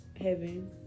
Heaven